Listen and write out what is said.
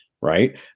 right